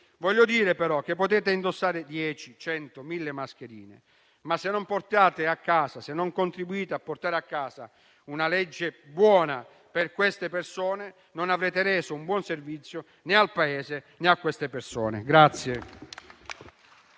Voglio dire, però, che potete indossare 10, 100, 1.000 mascherine, ma se non contribuite a portare a casa una legge buona per queste persone, non avrete reso un buon servizio né al Paese, né a queste persone.